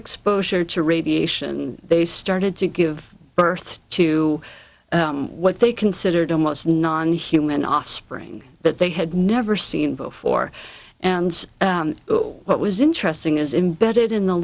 exposure to radiation they started to give birth to what they considered almost non human offspring that they had never seen before and what was interesting is embedded in the